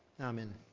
Amen